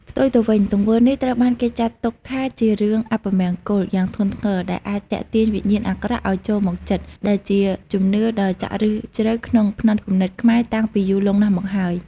ផ្ទុយទៅវិញ ទង្វើនេះត្រូវបានគេចាត់ទុកថាជារឿង អពមង្គល យ៉ាងធ្ងន់ធ្ងរ ដែលអាចទាក់ទាញវិញ្ញាណអាក្រក់ឲ្យចូលមកជិត ដែលជាជំនឿដ៏ចាក់ឫសជ្រៅក្នុងផ្នត់គំនិតខ្មែរតាំងពីយូរលង់ណាស់មកហើយ។